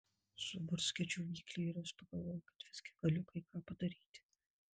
suburzgia džiovyklė ir aš pagalvoju kad visgi galiu kai ką padaryti